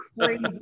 crazy